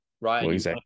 right